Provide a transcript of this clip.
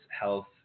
health